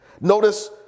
Notice